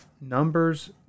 Numbers